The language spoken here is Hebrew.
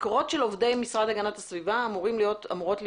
משכורות של עובדי משרד להגנת הסביבה אמורות להיות